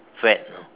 fad you know